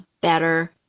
better